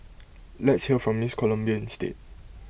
let's hear from miss Colombia instead